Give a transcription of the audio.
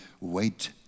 wait